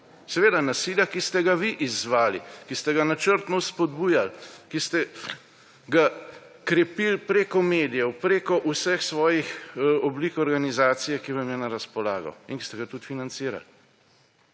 Seveda, nasilja, ki ste ga vi izzvali, ki ste ga načrtno spodbujali, ki ste ga krepili preko medijev, preko vseh svojih oblik organizacije, ki vam je na razpolago in ki ste ga tudi financirali.